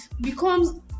becomes